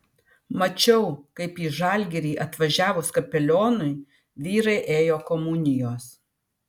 mačiau kaip į žalgirį atvažiavus kapelionui vyrai ėjo komunijos